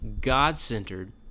God-centered